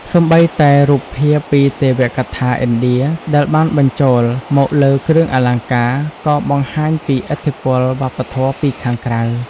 សូម្បីតែ រូបភាពពីទេវកថាឥណ្ឌា ដែលបានបញ្ចូលមកលើគ្រឿងអលង្ការ ក៏បង្ហាញពីឥទ្ធិពលវប្បធម៌ពីខាងក្រៅ។